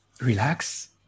relax